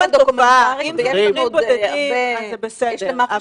בודדים אז זה בסדר,